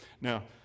now